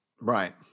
Right